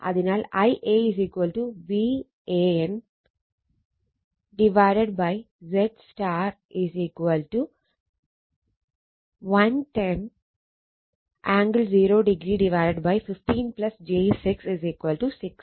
അതിനാൽ Ia Van ZY 110 angle 0o 15 j 6 6